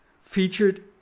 featured